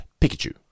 Pikachu